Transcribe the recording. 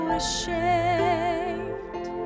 ashamed